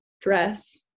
dress